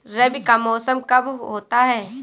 रबी का मौसम कब होता हैं?